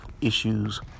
issues